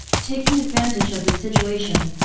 taking advantage of the situation,